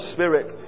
Spirit